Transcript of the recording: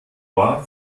war